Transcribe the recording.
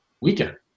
weekend